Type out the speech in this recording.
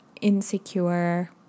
insecure